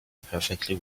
perfectly